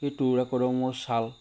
সেই তৰুৱা কদমৰ ছাল